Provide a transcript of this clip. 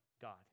God